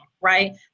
right